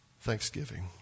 thanksgiving